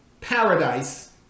paradise